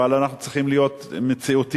אבל אנחנו צריכים להיות מציאותיים,